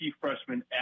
freshman